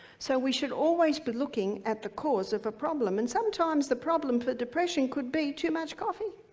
so we should always be looking at the cause of a problem, and, sometimes, the problem for depression could be too much coffee,